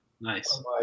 nice